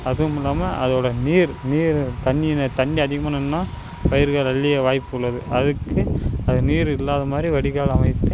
அதுவுமில்லாமல் அதோடு நீர் நீர் தண்ணி ந தண்ணி அதிகமாக நின்றா பயிர்கள் அழிய வாய்ப்புள்ளது அதுக்கு அது நீர் இல்லாத மாதிரி வடிகால் அமைத்து